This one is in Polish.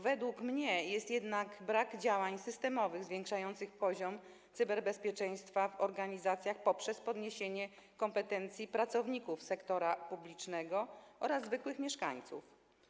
Według mnie jest jednak brak działań systemowych zwiększających poziom cyberbezpieczeństwa w organizacjach poprzez podniesienie kompetencji pracowników sektora publicznego oraz zwykłych mieszkańców.